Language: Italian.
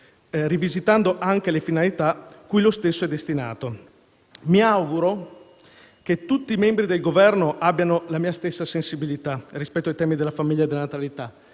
rivisitando anche le finalità cui lo stesso è destinato. Mi auguro che tutti i membri del Governo abbiano la mia stessa sensibilità rispetto ai temi della famiglia e della natalità